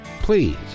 Please